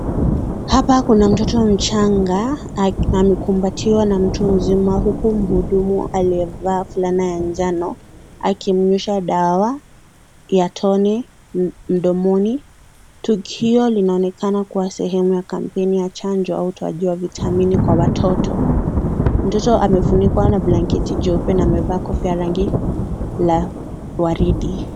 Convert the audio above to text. Hapa kuna mtoto mchanga amekumbatiwa na mtu mzima huku mhudumu aliyevaa fulana ya njano, akimnywesha dawa ya toni mdomoni. Tukio linaonekana kuwa sehemu ya kampeni ya chanjo au twajua vitamini kwa watoto. Mtoto amefunikwa na blanketi jeupe na amevaa kofia ya rangi la waridi.